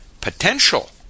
potential